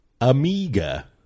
Amiga